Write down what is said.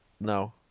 No